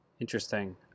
Interesting